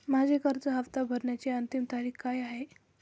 माझी कर्ज हफ्ता भरण्याची अंतिम तारीख काय आहे?